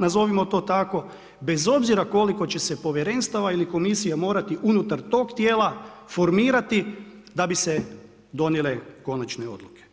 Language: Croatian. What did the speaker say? nazovimo to tako, bez obzira koliko će se povjerenstava ili komisija morati unutar toga tijela formirati da bi se donijele konačne odluke.